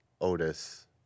Otis